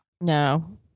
no